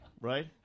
Right